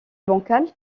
bancal